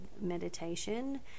meditation